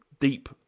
Deep